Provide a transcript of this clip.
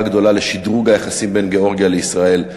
גדולה לשדרוג היחסים בין גאורגיה לישראל.